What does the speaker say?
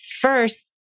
first